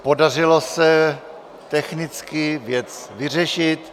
Podařilo se technicky věc vyřešit.